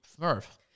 Smurf